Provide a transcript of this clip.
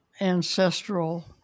ancestral